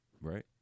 right